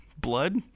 blood